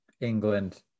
England